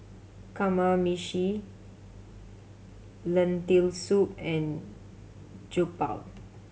Kamameshi Lentil Soup and Jokbal